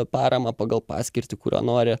paramą pagal paskirtį kurią nori